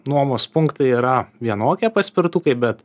nuomos punktai yra vienokie paspirtukai bet